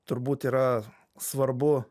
turbūt yra svarbu